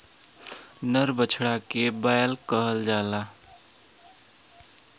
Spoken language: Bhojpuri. नर बछड़ा के बैल कहल जाला